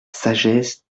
sagesse